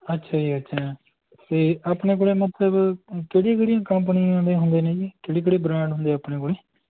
ਅੱਛਾ ਜੀ ਅੱਛਾ ਅਤੇ ਆਪਣੇ ਕੋਲ ਮਤਲਬ ਕਿਹੜੀਆਂ ਕਿਹੜੀਆਂ ਕੰਪਨੀਆਂ ਦੇ ਹੁੰਦੇ ਨੇ ਜੀ ਕਿਹੜੇ ਕਿਹੜੇ ਬ੍ਰੈਂਡ ਹੁੰਦੇ ਆਪਣੇ ਕੋਲ